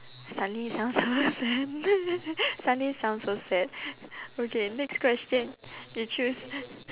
suddenly sound so sad suddenly sound so sad okay next question you choose